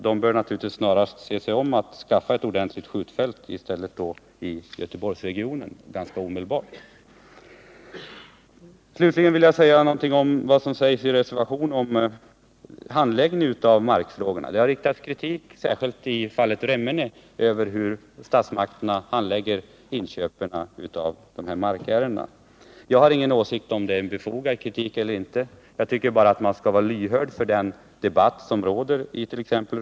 De bör naturligtvis ganska omedelbart se sig om efter ett skjutfält i Göteborgsregionen. Sedan vill jag kommentera vad som sägs i reservationen 1 om handläggningen av markfrågorna. Det har riktats kritik, särskilt i fallet Remmene, mot hur statsmakterna handlägger markärendena. Jag har ingen åsikt om huruvida det är en befogad kritik eller inte; jag tycker bara att man skall vara lyhörd för den debatt som pågår it.ex.